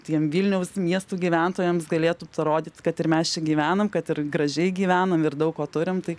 tiem vilniaus miesto gyventojams galėtų parodyti kad ir mes čia gyvenam kad ir gražiai gyvenam ir daug ko turim tai